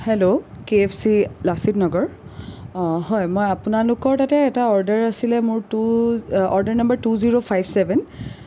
hello KFC Lachit Nagar অঁ হয় মই আপোনালোকৰ তাতে এটা অৰ্ডাৰ আছিলে মোৰ two order number two zero five seven